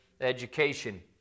education